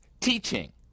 teaching